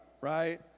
right